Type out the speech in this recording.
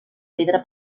pedra